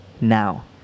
now